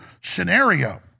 scenario